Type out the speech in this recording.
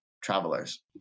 travelers